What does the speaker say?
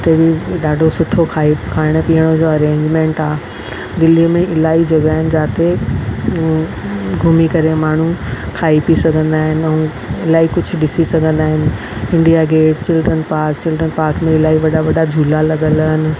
उते बि ॾाढो सुठो खाई खाइण पीइण जो अरेंजमेंट आहे दिल्लीअ में इलाही जॻह आहिनि जिते घुमी करे माण्हू खाई पी सघंदा आहिनि ऐं इलाही कुझु ॾिसी सघंदा आहिनि India gate children park children park में इलाही वॾा वॾा झूला लॻियल आहिनि